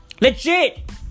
Legit